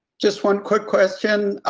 just one, quick question.